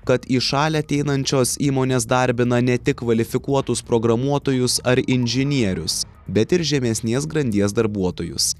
kad į šalį ateinančios įmonės darbina ne tik kvalifikuotus programuotojus ar inžinierius bet ir žemesnės grandies darbuotojus